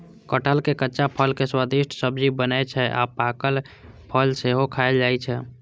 कटहलक कच्चा फल के स्वादिष्ट सब्जी बनै छै आ पाकल फल सेहो खायल जाइ छै